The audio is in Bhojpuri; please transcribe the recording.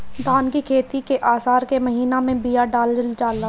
धान की खेती आसार के महीना में बिया डालल जाला?